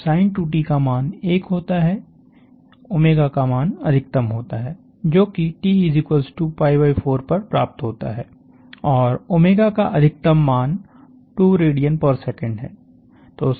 जब sin का मान1 होता है का मान अधिकतम होता है जोकि t4 पर प्राप्त होता है और का अधिकतम मान 2 rads है